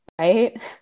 right